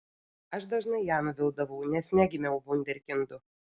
aš dažnai ją nuvildavau nes negimiau vunderkindu